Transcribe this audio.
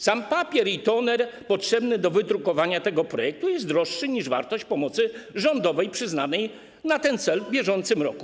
Sam papier i toner potrzebny do wydrukowania tego projektu jest droższy niż wartość pomocy rządowej przyznanej na ten cel w bieżącym roku.